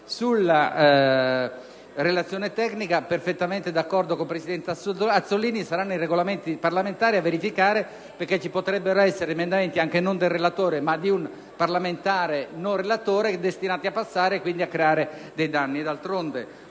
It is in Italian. alla relazione tecnica, sono perfettamente d'accordo con il presidente Azzollini: saranno i Regolamenti parlamentari a verificare, perché ci potrebbero essere emendamenti non presentati dal relatore, ma da un parlamentare destinati a passare e quindi a creare danni.